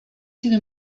sido